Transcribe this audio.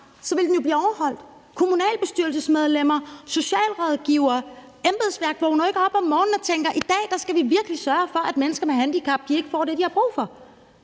ville den jo blive overholdt. Kommunalbestyrelsesmedlemmer, socialrådgivere, embedsværket vågner jo ikke op om morgenen og tænker: I dag skal vi virkelig sørge for, at mennesker med handicap ikke får det, de har brug for.